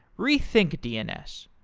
rethink dns,